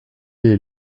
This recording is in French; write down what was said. est